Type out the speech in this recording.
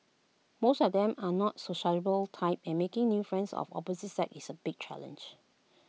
most of them are not sociable type and making new friends of the opposite sex is A big challenge